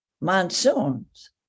monsoons